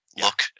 look